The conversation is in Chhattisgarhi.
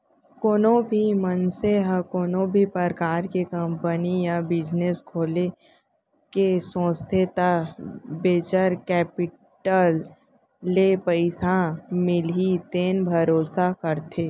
कोनो भी मनसे ह कोनो भी परकार के कंपनी या बिजनेस खोले के सोचथे त वेंचर केपिटल ले पइसा मिलही तेन भरोसा करथे